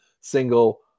single